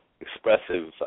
expressive